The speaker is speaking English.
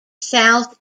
south